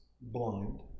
blind